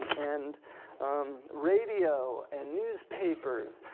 and and radio, and newspapers,